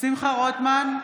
שמחה רוטמן,